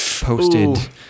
posted